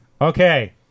Okay